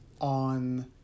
on